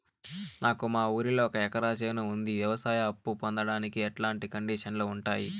నాకు మా ఊరిలో ఒక ఎకరా చేను ఉంది, వ్యవసాయ అప్ఫు పొందడానికి ఎట్లాంటి కండిషన్లు ఉంటాయి?